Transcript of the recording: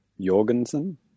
Jorgensen